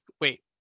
wait